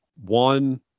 one